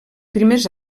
primers